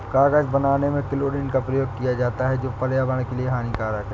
कागज बनाने में क्लोरीन का प्रयोग किया जाता है जो पर्यावरण के लिए हानिकारक है